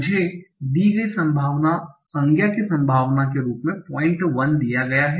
मुझे दी गई संज्ञा की संभावना के रूप में point 1 दिया गया है